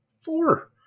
Four